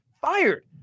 fired